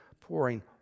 pouring